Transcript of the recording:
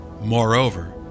moreover